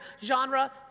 genre